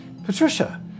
Patricia